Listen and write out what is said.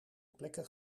plekken